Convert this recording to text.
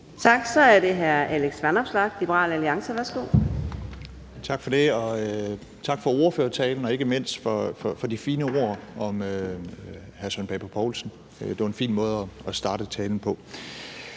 Tak. Så er det hr. Alex Vanopslagh, Liberal Alliance. Værsgo. Kl. 10:58 Alex Vanopslagh (LA): Tak for det. Og tak for ordførertalen, ikke mindst for de fine ord om hr. Søren Pape Poulsen; det var en fin måde at starte talen på.